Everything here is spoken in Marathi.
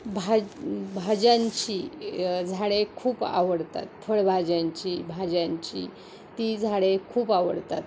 भाज भाज्यांची झाडे खूप आवडतात फळभाज्यांची भाज्यांची ती झाडे खूप आवडतात